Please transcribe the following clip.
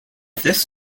this